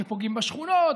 שפוגעים בשכונות,